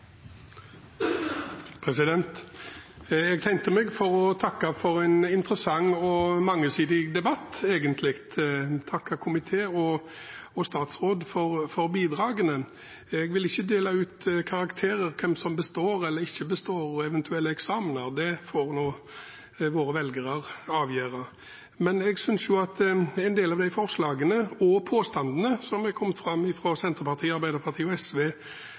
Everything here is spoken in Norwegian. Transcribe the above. for. Jeg tegnet meg for å takke for en egentlig interessant og mangesidig debatt og for å takke komité og statsråd for bidragene. Jeg vil ikke dele ut karakterer. Hvem som består eller ikke består, og eventuelle eksamener, får våre velgere avgjøre. Men jeg synes at en del av de forslagene og påstandene som er kommet fra Senterpartiet, Arbeiderpartiet og SV,